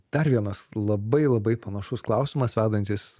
dar vienas labai labai panašus klausimas vedantis